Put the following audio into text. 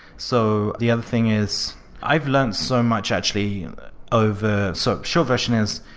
so the other thing is i've learned so much actually over so short version is,